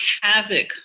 havoc